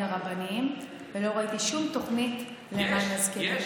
הרבניים ולא ראיתי שום תוכנית למען הזקנים.